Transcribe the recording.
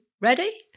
ready